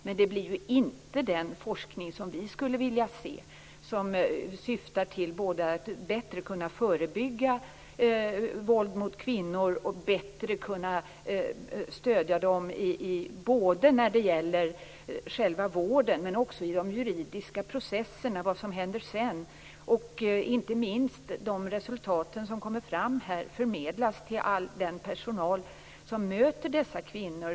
Men det blir inte den forskning vi vill se, som syftar till att bättre förebygga våld mot kvinnor och bättre stödja dem både i vården men också i de juridiska processerna. Inte minst skall resultaten förmedlas till all den personal som möter dessa kvinnor.